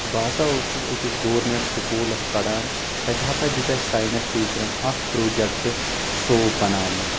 بہ ہسا اوسُس أکِس گورمینٛٹ سکولس پران تتہِ ہسا دِیُت اسہِ ساینس ٹیچرن اکھ پروجیٚکٹ صوپ بناونُک